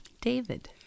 David